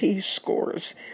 scores